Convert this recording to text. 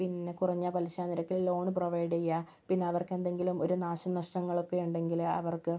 പിന്നെ കുറഞ്ഞ പലിശ നിരക്കിൽ ലോൺ പ്രൊവൈഡ് ചെയ്യാ പിന്നവർക്കെന്തെങ്കിലും ഒരു നാശ നഷ്ടങ്ങളൊക്കെയുണ്ടെങ്കിൽ അവർക്ക്